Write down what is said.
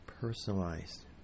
personalized